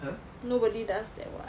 nobody does that [what]